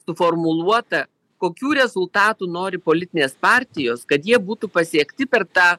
suformuluota kokių rezultatų nori politinės partijos kad jie būtų pasiekti per tą